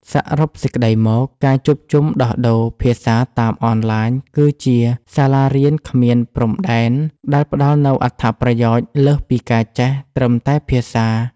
សរុបសេចក្ដីមក ការជួបជុំដោះដូរភាសាតាមអនឡាញ គឺជា សាលារៀនគ្មានព្រំដែន ដែលផ្តល់នូវអត្ថប្រយោជន៍លើសពីការចេះត្រឹមតែភាសា។